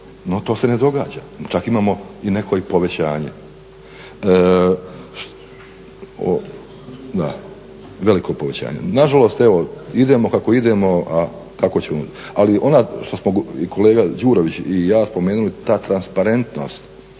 no to se ne događa, čak imamo i neko i povećanje, veliko povećanje. Nažalost evo idemo kako idemo, a kako ćemo. Ali ono što smo kolega Đurović i ja spomenuli ta transparentnost,